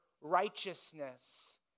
righteousness